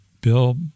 Bill